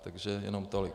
Takže jenom tolik.